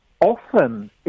often